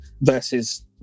versus